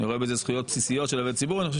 אני רואה בזה זכויות בסיסיות של עובד ציבור ואני חושב